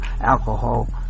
alcohol